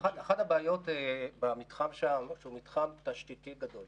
אחת הבעיות במתחם שם היא שהוא מתחם תשתיתי גדול